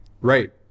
right